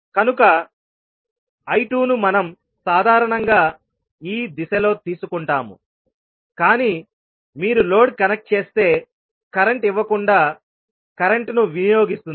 కనుక I2 ను మనం సాధారణంగా ఈ దిశలో తీసుకుంటాముకానీ మీరు లోడ్ కనెక్ట్ చేస్తే కరెంట్ ఇవ్వకుండా కరెంట్ను వినియోగిస్తుంది